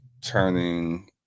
turning